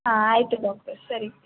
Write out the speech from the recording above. ಹಾಂ ಆಯಿತು ಡಾಕ್ಟರ್ ಸರಿ